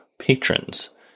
Patrons